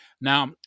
Now